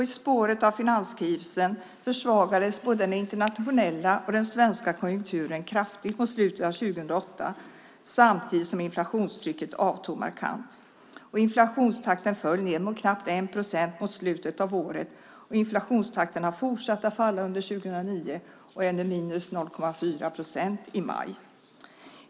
I spåret av finanskrisen försvagades både den internationella och den svenska konjunkturen kraftigt mot slutet av 2008 samtidigt som inflationstrycket avtog markant. Inflationstakten föll ned mot knappt 1 procent mot slutet av året, och inflationstakten har fortsatt falla under 2009 till minus 0,4 procent i maj.